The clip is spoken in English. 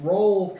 Roll